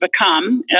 become